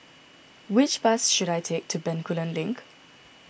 which bus should I take to Bencoolen Link